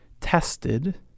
tested